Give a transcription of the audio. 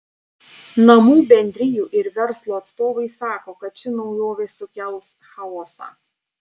namų bendrijų ir verslo atstovai sako kad ši naujovė sukels chaosą